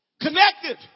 connected